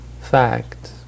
fact